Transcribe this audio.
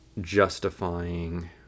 justifying